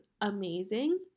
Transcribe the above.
amazing